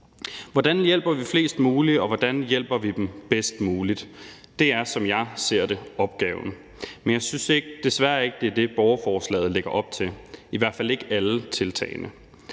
Hvordan hjælper vi flest muligt, og hvordan hjælper vi dem bedst muligt? Det er, som jeg ser det, opgaven. Men jeg synes desværre ikke, at det er det, borgerforslaget lægger op til – i hvert fald ikke alle tiltagene.